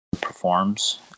performs